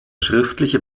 schriftliche